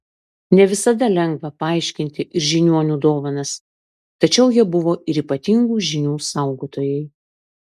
ne visada lengva paaiškinti ir žiniuonių dovanas tačiau jie buvo ir ypatingų žinių saugotojai